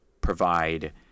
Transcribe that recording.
provide